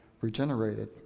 regenerated